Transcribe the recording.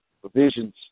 provisions